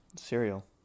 cereal